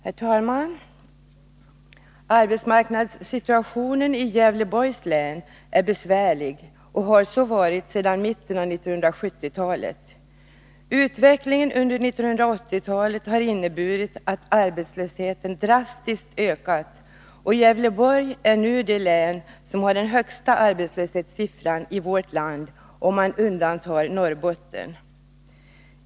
Herr talman! Arbetsmarknadssituationen i Gävleborgs län är besvärlig och har så varit sedan mitten av 1970-talet. Utvecklingen under 1980-talet har inneburit att arbetslösheten har ökat drastiskt, och Gävleborgs län är nu det län som har den högsta arbetslöshetssiffran i vårt land, om man undantar Norrbottens län.